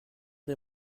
des